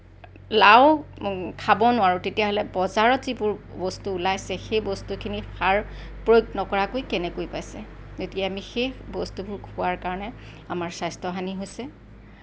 লাও খাব নোৱাৰোঁ তেতিয়াহ'লে বজাৰত যিবোৰ বস্তু ওলাইছে সেই বস্তুখিনিত সাৰ প্ৰয়োগ নকৰাকৈ কেনেকৈ পাইছে যদি আমি সেই বস্তুবোৰ খোৱাৰ কাৰণে আমাৰ স্বাস্থ্য হানি হৈছে